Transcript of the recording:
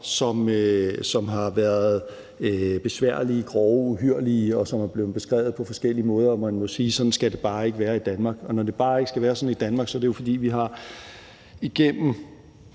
som har været besværlige, grove og uhyrlige, og som er blevet beskrevet på forskellig måde. Og man må sige, at sådan skal det bare ikke være i Danmark. Når det bare ikke skal være sådan i Danmark, er det jo, fordi vi igennem